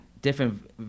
different